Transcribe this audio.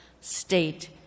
state